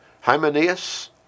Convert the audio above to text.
Hymenaeus